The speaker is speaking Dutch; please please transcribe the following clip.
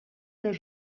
meer